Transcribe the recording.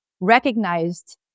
recognized